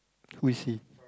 who is he